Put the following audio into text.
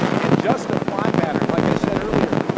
and just a fly pattern like i said earlier,